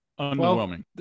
Underwhelming